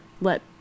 let